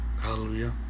Hallelujah